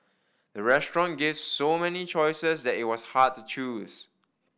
the restaurant gave so many choices that it was hard to choose